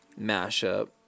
mashup